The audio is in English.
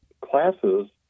classes